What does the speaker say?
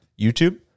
YouTube